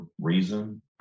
reason